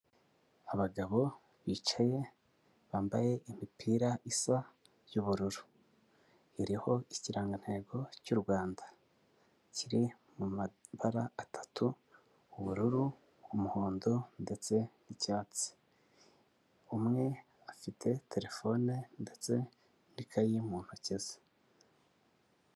Abagabo bicaye bambaye imipira isa y'ubururu iriho ikirangantego cy'urwanda kiri mu mabara atatu ubururu ,umuhondo ndetse n'icyatsi, umwe afite terefone ndetse ni kayi mu ntoki ze.